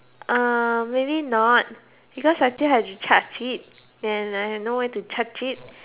uh maybe not because I still have to charge it and I have no where to charge it